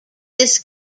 this